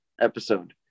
episode